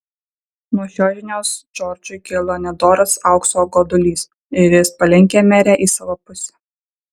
nuo šios žinios džordžui kilo nedoras aukso godulys ir jis palenkė merę į savo pusę